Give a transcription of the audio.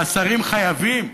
השרים חייבים,